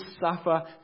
suffer